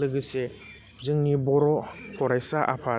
लोगोसे जोंनि बर' फरायसा आफाद